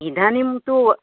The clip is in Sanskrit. इदानीं तु